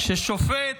שלשופט